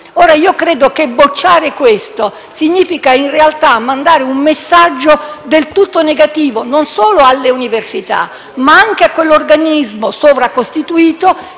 Io credo che bocciare questo emendamento significa in realtà mandare un messaggio del tutto negativo non solo alle università, ma anche a quell'organismo sovracostituito,